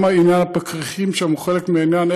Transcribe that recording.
גם עניין הפקחים שם הוא חלק מהעניין,